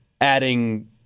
adding